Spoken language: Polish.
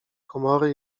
komory